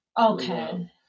okay